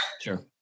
Sure